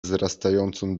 wzrastającą